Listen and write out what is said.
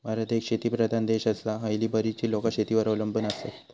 भारत एक शेतीप्रधान देश आसा, हयली बरीचशी लोकां शेतीवर अवलंबून आसत